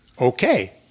Okay